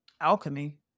alchemy